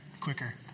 quicker